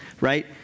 right